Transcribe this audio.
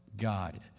God